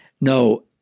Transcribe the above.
no